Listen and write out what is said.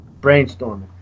Brainstorming